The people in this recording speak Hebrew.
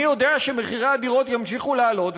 אני יודע שמחירי הדירות ימשיכו לעלות,